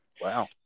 Wow